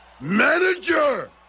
Manager